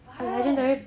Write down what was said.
[what]